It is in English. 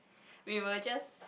we will just